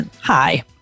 Hi